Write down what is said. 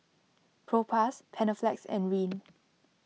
Propass Panaflex and Rene